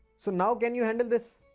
so now can you handle this?